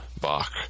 Bach